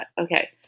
okay